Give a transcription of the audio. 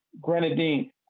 grenadine